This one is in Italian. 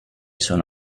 sono